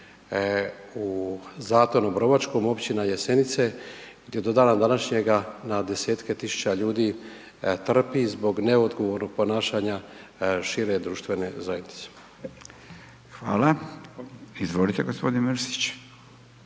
u Zatonu Obrovačkom, općina Jesenice gdje do dana današnjega na desetke tisuće ljudi trpi zbog neodgovornog ponašanja šire društvene zajednice. **Radin, Furio